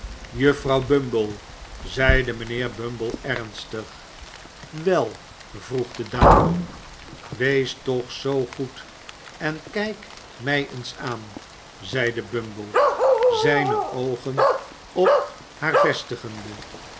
juffrouw bumble zeide mijnheer bumble ernstig wel vroeg de dame wees toch zoo goed en kijk mij eens aan zeide bumble zijne oogen op haar vestigende